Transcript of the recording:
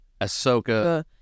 Ahsoka